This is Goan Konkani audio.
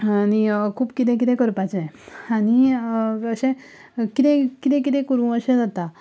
आनी खूब कितें कितें करपाचें आनी अशें कितें कितें कितें करूं अशें जाता